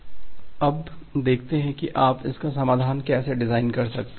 अब देखते हैं कि आप इसका समाधान कैसे डिजाइन कर सकते हैं